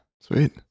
Sweet